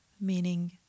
meaning